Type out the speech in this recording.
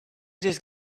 just